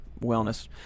wellness